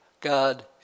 God